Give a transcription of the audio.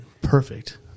perfect